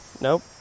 Nope